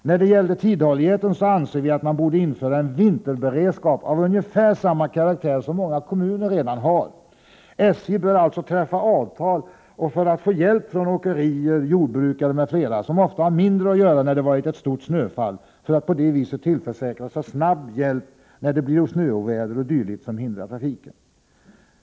När det gäller tidhålligheten anser vi att man borde införa en vinterberedskap av ungefär samma karaktär som många kommuner redan har. SJ bör träffa avtal om hjälp från åkerier, jordbrukare m.fl., som ofta har mindre att göra när det varit ett kraftigt snöfall, för att på det viset tillförsäkra sig snabb hjälp när det blir shöoväder o. d. som hindrar trafiken.